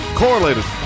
correlated